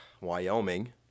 Wyoming